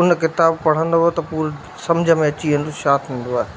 उन किताबु पढ़ंदव त पोइ सम्झ में अची वेंदो छा थींदो आहे